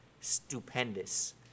stupendous